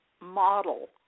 model